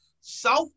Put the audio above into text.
South